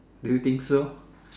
do you think so